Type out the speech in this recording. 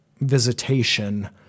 visitation